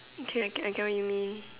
okay I get I get what you mean